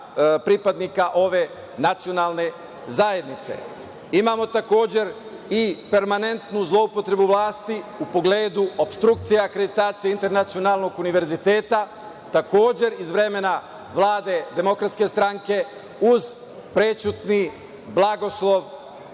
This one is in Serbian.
pripadnika ove nacionalne zajednice. Imamo takođe i permanentnu zloupotrebu vlasti u pogledu opstrukcija akreditacija Internacionalnog univerziteta, takođe iz vremena Vlade DS, uz prećutni blagoslov